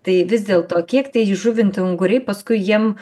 tai vis dėlto kiek tie įžuvinti unguriai paskui jiem